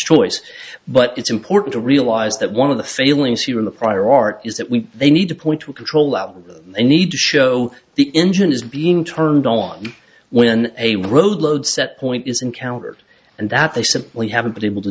choice but it's important to realize that one of the failings here in the prior art is that when they need to point to a control that they need to show the engine is being turned on when a road load set point is encountered and that they simply haven't been able to